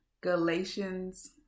Galatians